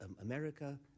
America